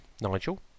Nigel